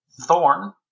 Thorn